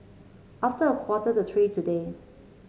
after a quarter to three today